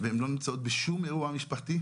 והן לא נמצאות בשום אירוע משפחתי,